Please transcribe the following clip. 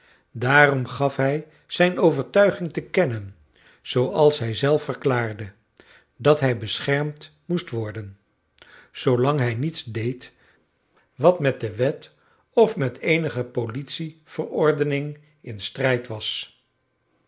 daarom gaf hij zijn overtuiging te kennen zooals hij zelf verklaarde dat hij beschermd moest worden zoolang hij niets deed wat met de wet of met eenige politieverordening in strijd was